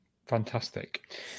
Fantastic